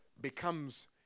becomes